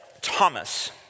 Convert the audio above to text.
Thomas